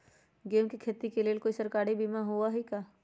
गेंहू के खेती के लेल कोइ सरकारी बीमा होईअ का?